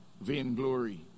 vainglory